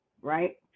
right